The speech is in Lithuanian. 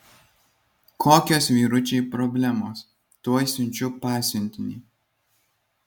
kokios vyručiai problemos tuoj siunčiu pasiuntinį